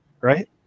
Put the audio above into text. right